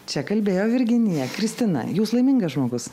čia kalbėjo virginija kristina jūs laimingas žmogus